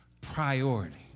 priority